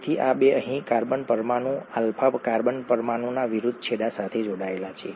તેથી આ બે અહીં કાર્બન પરમાણુ આલ્ફા કાર્બન પરમાણુના વિરુદ્ધ છેડા સાથે જોડાયેલા છે